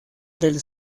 del